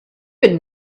been